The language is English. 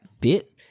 Bit